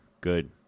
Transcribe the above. Good